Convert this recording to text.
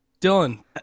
Dylan